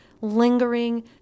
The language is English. lingering